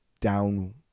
down